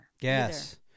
Yes